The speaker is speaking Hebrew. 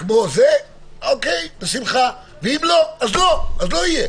כמו זה, אוקי, בשמחה, ואם לא, אז לא יהיה.